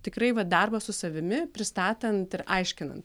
tikrai va darbas su savimi pristatant ir aiškinant